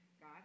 God